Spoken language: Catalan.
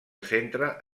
centra